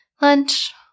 Lunch